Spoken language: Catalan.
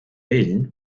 ell